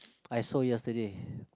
I saw yesterday